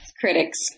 critics